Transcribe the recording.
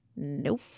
Nope